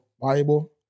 Bible